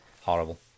horrible